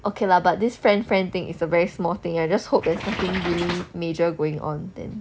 okay lah but this friend friend thing is a very small thing I just hope there's nothing really major going on then